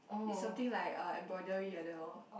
it's something like uh embroidery like that lor